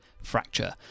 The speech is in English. Fracture